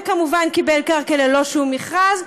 וכמובן קיבל קרקע ללא שום מכרז,